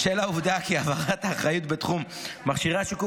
בשל העובדה כי העברת האחריות בתחום מכשירי השיקום